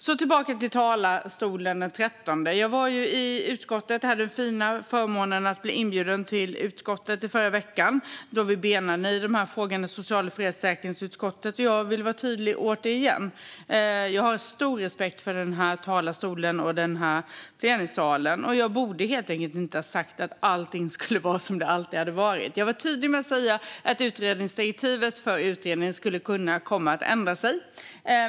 Så tillbaka till talarstolen den 13 december - jag hade den fina förmånen att bli inbjuden till socialförsäkringsutskottet i förra veckan då vi benade i den här frågan. Jag vill återigen vara tydlig med att jag har stor respekt för den här talarstolen och den här plenisalen. Jag borde inte ha sagt att allting skulle vara som det alltid har varit. Jag var tydlig med att säga att utredningsdirektivet skulle kunna komma att ändras.